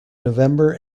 november